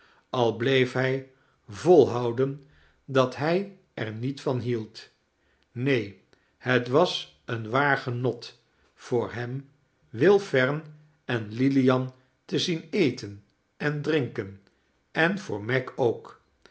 al bleef hij volhouden dat hij er niet van hield neen het was een waar genot voor hem will fern en lilian te zien eten en drinken en voor meg ook